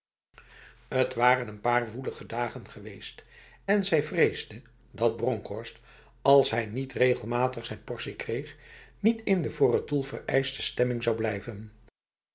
het waren n paar woelige dagen geweest en zij vreesde dat bronkhorst als hij niet regelmatig zijn portie kreeg niet in de voor het doel vereiste stemming zou blijven